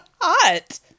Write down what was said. hot